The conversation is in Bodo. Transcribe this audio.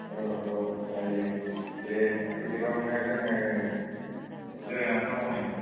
औ औ जायो दे फैदोल' नों जोङो जिरायना दङ नै